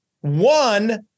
One